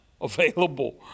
available